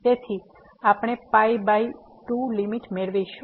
તેથી આપણે pi by 2 limit મેળવીશું